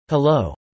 Hello